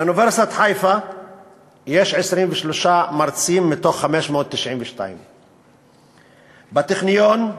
באוניברסיטת חיפה יש 23 מרצים מתוך 592. בטכניון,